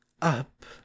up